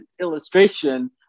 illustration